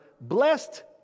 Blessed